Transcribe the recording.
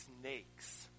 snakes